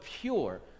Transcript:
pure